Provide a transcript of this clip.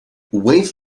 weave